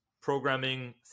programming